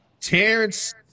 Terrence